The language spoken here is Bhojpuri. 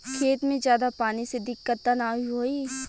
खेत में ज्यादा पानी से दिक्कत त नाही होई?